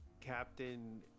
Captain